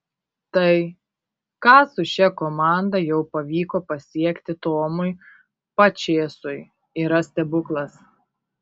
tai ką su šia komanda jau pavyko pasiekti tomui pačėsui yra stebuklas